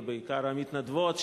ובעיקר המתנדבות,